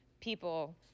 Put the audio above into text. people